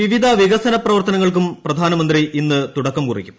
വിവിധ വികസന പ്രവർത്തനങ്ങൾക്കും പ്രധാനമന്ത്രി ഇന്ന് തിട്ടക്കം കുറിക്കും